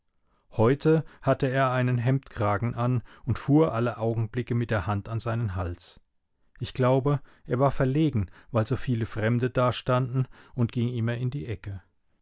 heute hatte er einen hemdkragen an und fuhr alle augenblicke mit der hand an seinen hals ich glaube er war verlegen weil so viele fremde dastanden und ging immer in die ecke